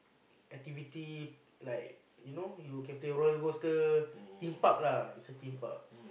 activity like you know you can play roller coaster Theme Park lah it's a Theme Park